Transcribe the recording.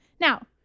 Now